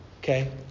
okay